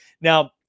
Now